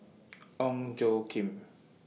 Ong Tjoe Kim